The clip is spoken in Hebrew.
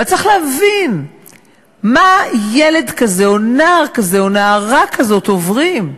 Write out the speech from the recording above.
היה צריך להבין מה ילד כזה או נער כזה או נערה כזאת עוברים.